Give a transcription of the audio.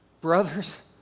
brothers